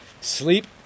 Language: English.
Sleep